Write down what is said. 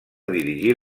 dirigir